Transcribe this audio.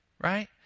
right